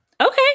Okay